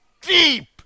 deep